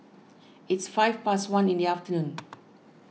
its five past one in the afternoon